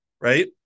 right